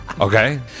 okay